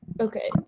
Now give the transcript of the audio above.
Okay